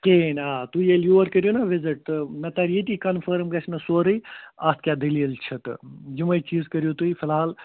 کِہیٖنٛۍ آ تُہۍ ییٚلہِ یور کٔرِو نا وِزِٹ تہٕ مےٚ تَرِ ییٚتی کنفٲرٕم گَژھِ مےٚ سورُے اَتھ کیٛاہ دٔلیٖل چھِ تہٕ یِمے چیٖز کٔرِو تُہۍ فِلحال